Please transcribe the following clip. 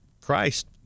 Christ